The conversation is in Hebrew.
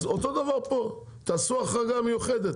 אז אותו דבר פה, תעשו החרגה מיוחדת.